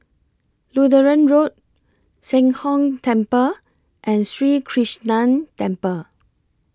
Lutheran Road Sheng Hong Temple and Sri Krishnan Temple